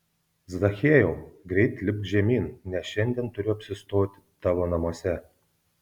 zachiejau greit lipk žemyn nes šiandien turiu apsistoti tavo namuose